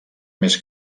més